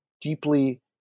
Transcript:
deeply